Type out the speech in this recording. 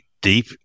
deep